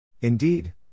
Indeed